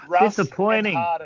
Disappointing